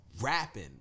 rapping